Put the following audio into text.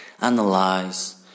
analyze